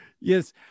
Yes